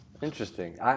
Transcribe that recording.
Interesting